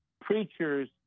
preachers